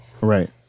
right